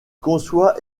conçoit